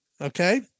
Okay